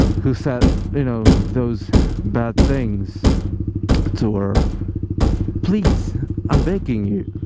who said you know those bad things to her please i'm begging you,